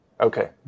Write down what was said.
Okay